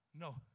No